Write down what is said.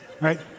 right